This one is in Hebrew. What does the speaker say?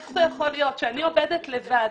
איך זה יכול להיות שאני עובדת לבד?